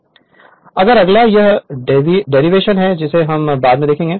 Refer Slide Time 3006 अब अगला यह डेरिवेशन है जिसे हम बाद में देखेंगे